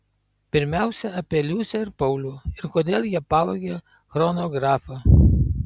pirmiausia apie liusę ir paulių ir kodėl jie pavogė chronografą